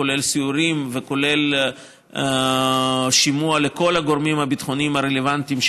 כולל סיורים וכולל שימוע לכל הגורמים הביטחוניים הרלוונטיים,